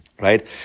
right